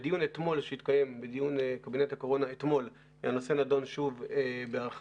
בדיון בקבינט הקורונה שהתקיים אתמול הנושא נדון שוב בהרחבה.